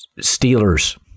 Steelers